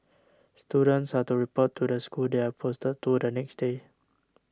students are to report to the school they are posted to the next day